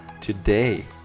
today